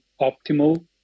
optimal